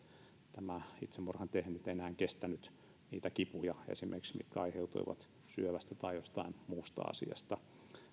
tämä itsemurhan tehnyt ei enää kestänyt esimerkiksi niitä kipuja jotka aiheutuivat syövästä tai jostain muusta asiasta